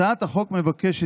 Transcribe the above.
הצעת החוק מבקשת,